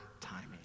timing